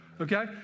Okay